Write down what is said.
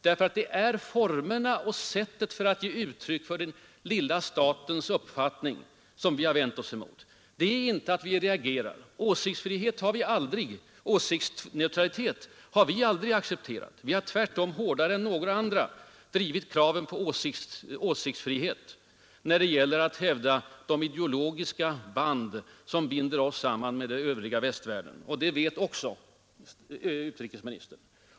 Det är formerna och sättet för att ge uttryck för den lilla statens uppfattning som vi har vänt oss mot. Åsiktsneutralitet har vi aldrig accepterat. Vi har tvärtom hårdare än några andra drivit kravet på åsiktsfrihet när det gäller att hävda de ideologiska band som binder oss samman med den övriga västvärlden. Och det vet utrikesministern.